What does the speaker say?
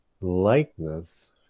Likeness